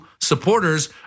supporters